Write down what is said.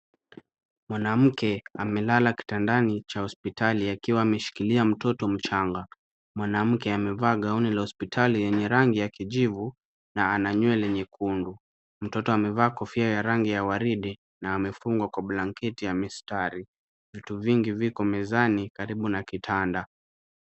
Mwanamke amelala kitandani cha hospitali akiwa ameshiklia mtoto mchanga. Mwanamke amevaa gauni la hospitali lenye rangi ya kijivu na ana nywele nyekundu. Mtoto amevaa kofia ya rangi ya waridi na amefungwa kwa blanketi ya mistari. Vitu vingi viko mezani karibu na kitanda.